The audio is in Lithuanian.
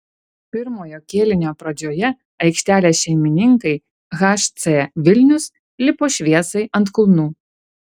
pirmojo kėlinio pradžioje aikštelės šeimininkai hc vilnius lipo šviesai ant kulnų